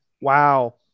wow